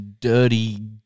dirty